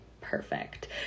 perfect